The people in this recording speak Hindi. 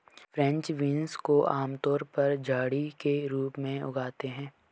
फ्रेंच बीन्स को आमतौर पर झड़ी के रूप में उगाते है